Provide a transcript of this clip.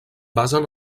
basen